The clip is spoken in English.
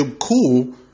cool